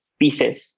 pieces